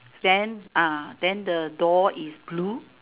then uh then the door is blue